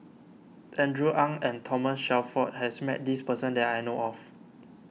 Andrew Ang and Thomas Shelford has met this person that I know of